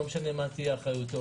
ולא משנה מה תהיה אחריותו.